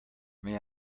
may